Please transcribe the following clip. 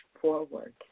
forward